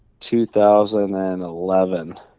2011